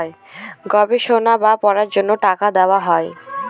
গবেষণা বা পড়ার জন্য টাকা দেওয়া হয়